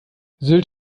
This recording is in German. sylt